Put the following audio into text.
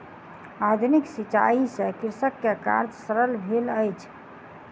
आधुनिक सिचाई से कृषक के कार्य सरल भेल अछि